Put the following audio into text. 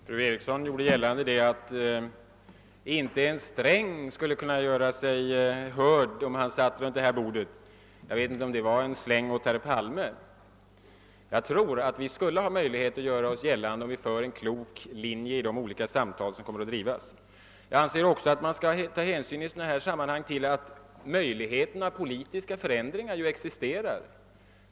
Herr talman! Fru Eriksson i Stockholm gjorde gällande att »inte ens herr Sträng» skulle kunna göra sig hörd om han satt vid det där bordet i Bryssel. Jag vet inte om det var en släng till herr Palme. Jag tror för min del att vi skulle ha möjlighet att göra oss gällande, om vi för en klok linje i de olika samtal som kommer att föras. Jag anser också att man i sådana här sammanhang skall ta hänsyn till att möjligheten av politiska förändringar existerar.